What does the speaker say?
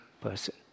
person